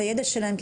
את הידע שלהם,